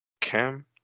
Cam